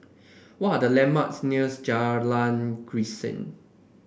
what are the landmarks near Jalan Grisek